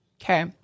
Okay